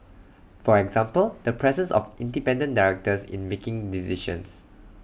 for example the presence of independent directors in making decisions